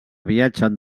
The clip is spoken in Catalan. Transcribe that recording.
viatgen